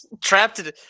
trapped